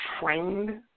trained